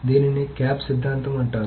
దీనిని క్యాప్ సిద్ధాంతం అంటారు